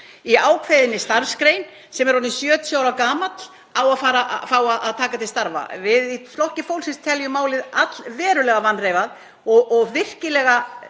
í ákveðinni starfsgrein, sem er orðinn 70 ára gamall, á að fá að taka til starfa. Við í Flokki fólksins teljum málið allverulega vanreifað og virkilega